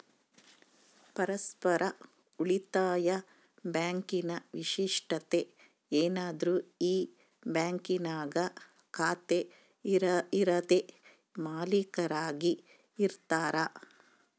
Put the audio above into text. ಪರಸ್ಪರ ಉಳಿತಾಯ ಬ್ಯಾಂಕಿನ ವಿಶೇಷತೆ ಏನಂದ್ರ ಈ ಬ್ಯಾಂಕಿನಾಗ ಖಾತೆ ಇರರೇ ಮಾಲೀಕರಾಗಿ ಇರತಾರ